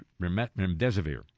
remdesivir